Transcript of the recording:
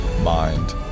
mind